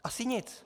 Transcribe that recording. Asi nic.